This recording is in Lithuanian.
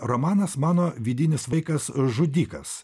romanas mano vidinis vaikas žudikas